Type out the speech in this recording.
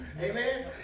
amen